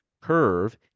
Curve